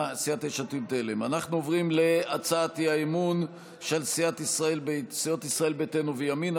אנחנו עוברים להצעת האי-אמון של סיעות ישראל ביתנו וימינה,